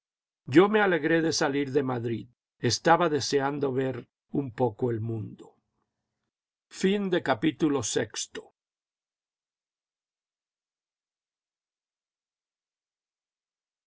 yo me alegré de salir de madrid estaba deseando ver un poco de mundo